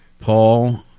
Paul